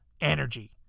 energy